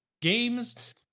games